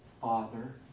father